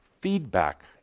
feedback